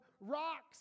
rocks